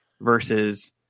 versus